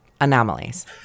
anomalies